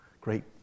Great